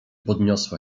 podniosła